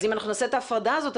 אז אם אנחנו נעשה את ההפרדה הזאת,